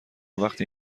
وقتی